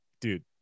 dude